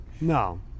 No